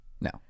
No